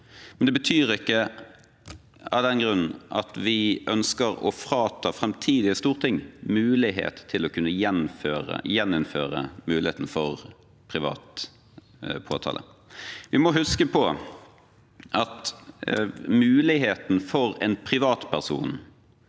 men det betyr ikke at vi av den grunn ønsker å frata framtidige storting muligheten til å kunne gjeninnføre muligheten for privat påtale. Vi må huske på at for muligheten for en privatperson